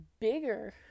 bigger